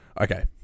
okay